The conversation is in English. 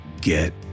get